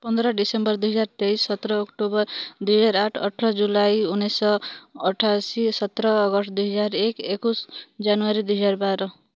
ପନ୍ଦର ଡିସେମ୍ବର ଦୁଇ ହଜାର ତେଇଶି ସତର ଅକ୍ଟୋବର ଦୁଇ ହଜାର ଆଠ ଅଠର ଜୁଲାଇ ଉଣେଇଶି ଶହ ଅଠାଅଶୀ ସତର ଅଗଷ୍ଟ ଦୁଇ ହଜାର ଏକ ଏକୋଇଶି ଜାନୁୟାରୀ ଦୁଇ ହଜାର ବାର